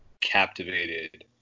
captivated